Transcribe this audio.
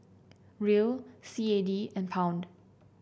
Riel C A D and Pound